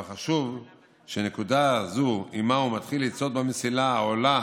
אבל חשוב שנקודה זו שעימה הוא מתחיל לצעוד במסילה העולה